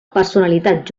personalitat